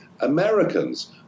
Americans